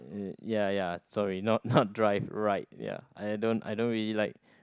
ya ya sorry not not drive ride ya I don't I don't really like